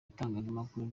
itangazamakuru